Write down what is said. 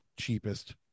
cheapest